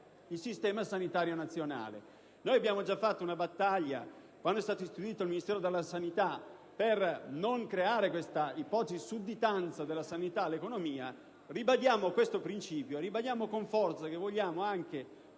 il sistema sanitario nazionale? Noi abbiamo già condotto una battaglia, quando è stato istituito il Ministero della sanità, per non creare questa sudditanza rispetto al Ministero dell'economia. Ribadiamo questo principio e ribadiamo con forza che vogliamo che